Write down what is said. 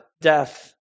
death